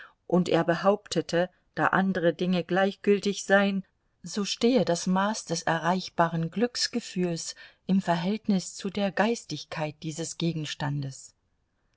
und er behauptete da andre dinge gleichgültig seien so stehe das maß des erreichbaren glücksgefühls im verhältnis zu der geistigkeit dieses gegenstandes